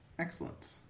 Excellent